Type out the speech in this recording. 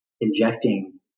injecting